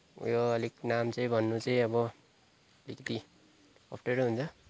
उयो अलिक नाम चाहिँ भन्नु चाहिँ अब यति अप्ठ्यारो हुन्छ